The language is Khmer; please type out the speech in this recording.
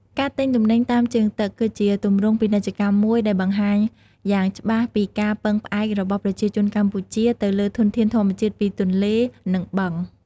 ការទិញទំនិញតាមជើងទឹក គឺជាទម្រង់ពាណិជ្ជកម្មមួយដែលបង្ហាញយ៉ាងច្បាស់ពីការពឹងផ្អែករបស់ប្រជាជនកម្ពុជាទៅលើធនធានធម្មជាតិពីទន្លេ និងបឹង។